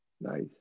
nice